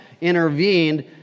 intervened